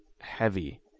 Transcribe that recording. heavy